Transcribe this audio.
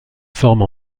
forme